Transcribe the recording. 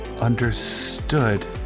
Understood